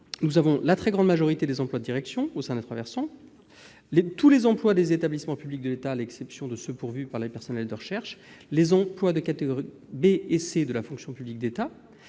sont visés : la très grande majorité des emplois de direction au sein des trois versants, tous les emplois des établissements publics de l'État à l'exception de ceux pourvus par les personnels de recherche, les emplois de catégories B et C de la fonction publique de l'État,